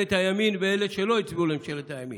לממשלת הימין ואלה שלא הצביעו לממשלת הימין: